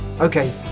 Okay